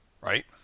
Right